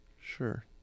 sure